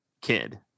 kid